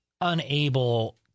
unable